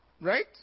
Right